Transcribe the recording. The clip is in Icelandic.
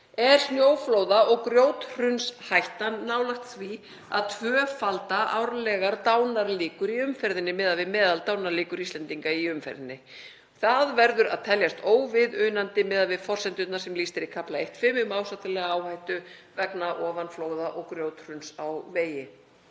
„er snjóflóða- og grjóthrunshættan nálægt því að tvöfalda árlegar dánarlíkur í umferðinni (miðað við meðal dánarlíkur Íslendinga í umferðinni). Það verður að teljast óviðunandi miðað við forsendurnar sem lýst er í kafla 1.5 um ásættanlega áhættu vegna ofanflóða og grjóthruns á vegi.“